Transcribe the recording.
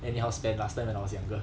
anyhow spend last time when I was younger